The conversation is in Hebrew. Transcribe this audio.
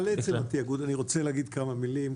בסדר, על עצם התיאגוד אני רוצה להגיד כמה מילים.